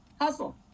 Hustle